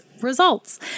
results